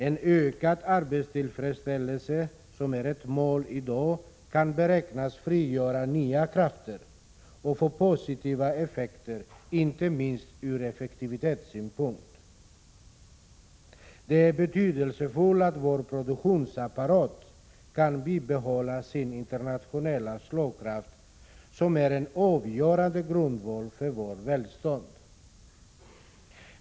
En ökad arbetstillfredsställelse, som är ett mål i dag, kan beräknas frigöra nya krafter och få positiva effekter inte minst ur effektivitetssynpunkt. Det är betydelsefullt att vår produktionsapparat kan bibehålla sin internationella slagkraft som är en avgörande grundval för vårt välstånd.